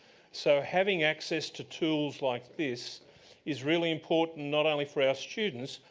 so having access to tools like this is really important, not only for our students,